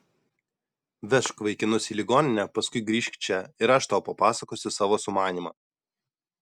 vežk vaikinus į ligoninę paskui grįžk čia ir aš tau papasakosiu savo sumanymą